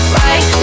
right